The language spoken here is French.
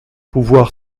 pouvoir